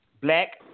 black